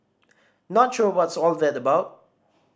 not sure what's all that about